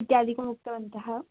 इत्यादिकम् उक्तवन्तः